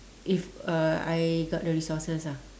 if uh I got the resources ah